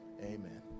amen